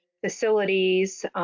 facilities